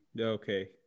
Okay